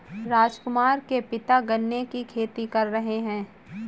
राजकुमार के पिता गन्ने की खेती कर रहे हैं